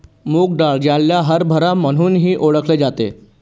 मूग डाळ, ज्याला हरभरा म्हणूनही ओळखले जाते